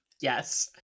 Yes